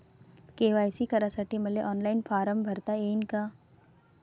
KYC करासाठी मले online form भरता येईन का?